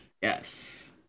yes